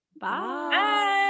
bye